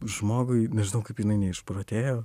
žmogui nežinau kaip jinai neišprotėjo